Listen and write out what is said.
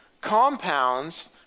compounds